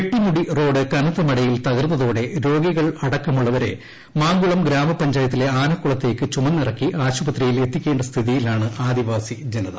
Pettimudi road കനത്ത മഴയിൽ രോഗികളടക്കമുള്ളവരെ തകർന്നതോടെ മാങ്കുളം ഗ്രാമപഞ്ചായത്തിലെ ആനക്കുളത്തേക്ക് ചുമന്നിറക്കി ആശുപത്രിയിൽ എത്തിക്കേണ്ട സ്ഥിതിയിലാണ് ആദിവാസി ജനത